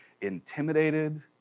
intimidated